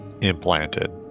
implanted